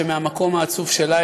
שמהמקום העצוב שלה,